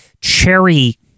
Cherry